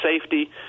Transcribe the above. safety